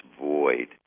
void